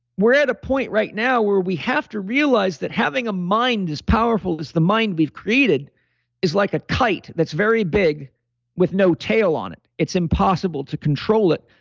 we're at a point right now where we have to realize that having a mind is powerful because the mind we've created is like a kite that's very big with no tail on it. it's impossible to control it.